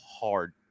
hard